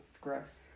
gross